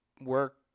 work